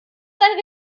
sein